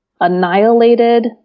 annihilated